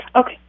Okay